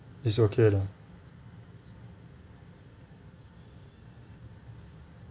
it's okay lah